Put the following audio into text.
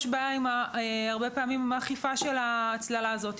הרבה פעמים יש בעיה עם האכיפה של ההצללה הזו,